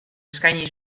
eskaini